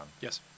Yes